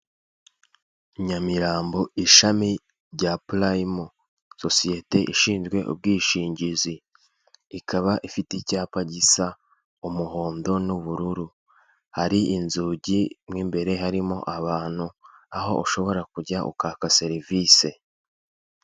Nyamirambo ishami rya purayimu sosiyete ishinzwe ubwishingizi ikaba ifite icyapa gisa umuhondo n'ubururu hari inzugi m'imbere harimo abantu aho ushobora kujya ukaka serivise.